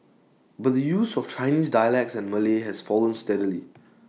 but the use of other Chinese dialects and Malay has fallen steadily